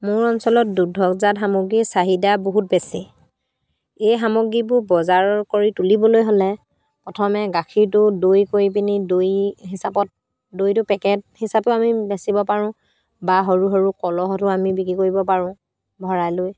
মোৰ অঞ্চলত দুগ্ধজাত সামগ্ৰীৰ চাহিদা বহুত বেছি এই সামগ্ৰীবোৰ বজাৰৰ কৰি তুলিবলৈ হ'লে প্ৰথমে গাখীৰটো দৈ কৰি পিনি দৈ হিচাপত দৈটো পেকেট হিচাপেও আমি বেচিব পাৰোঁ বা সৰু সৰু কলহতো আমি বিক্ৰী কৰিব পাৰোঁ ভৰাই লৈ